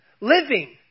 living